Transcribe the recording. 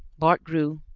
bart grew,